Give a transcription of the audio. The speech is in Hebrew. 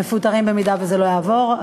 אם זה לא יעבור,